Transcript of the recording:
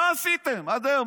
מה עשיתם עד היום?